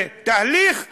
ותהליך הבנייה,